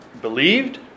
believed